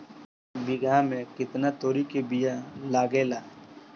एक बिगहा में केतना तोरी के बिया लागेला?